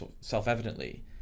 self-evidently